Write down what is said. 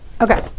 Okay